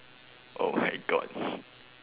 oh my god